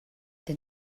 der